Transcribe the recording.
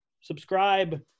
Subscribe